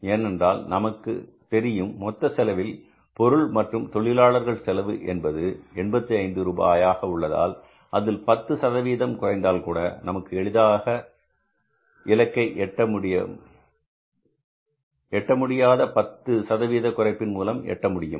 ஏனென்றால் நமக்குத் தெரியும் மொத்த செலவில் பொருள் மற்றும் தொழிலாளர்கள் செலவு என்பது 85 ரூபாய் ஆக உள்ளதால் அதில் 10 குறைத்தால் கூட நமக்கு எளிமையாக எட்டமுடியாத இலக்கை கூட 10 சதவீத குறைப்பின் மூலம் எட்ட முடியும்